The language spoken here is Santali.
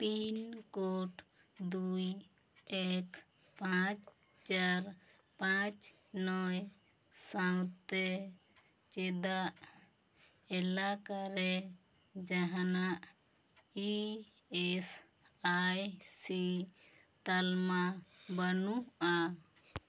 ᱯᱤᱱᱠᱳᱰ ᱫᱩᱭ ᱮᱠ ᱯᱟᱸᱪ ᱪᱟᱨ ᱯᱟᱸᱪ ᱱᱚᱭ ᱥᱟᱶᱛᱮ ᱪᱮᱫᱟᱜ ᱮᱞᱟᱠᱟᱨᱮ ᱡᱟᱦᱟᱱᱟᱜ ᱤ ᱮᱥ ᱟᱭ ᱥᱤ ᱛᱟᱞᱢᱟ ᱵᱟᱹᱱᱩᱜᱼᱟ